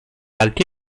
alti